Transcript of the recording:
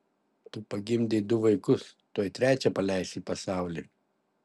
tu pagimdei du vaikus tuoj trečią paleisi į pasaulį